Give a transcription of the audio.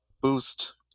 boost